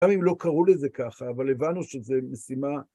גם אם לא קראו לזה ככה, אבל הבנו שזה משימה...